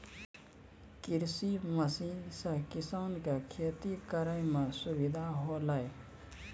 कृषि मसीन सें किसान क खेती करै में सुविधा होलय